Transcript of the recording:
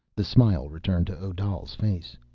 the smile returned to odal's face.